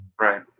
right